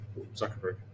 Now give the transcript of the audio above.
Zuckerberg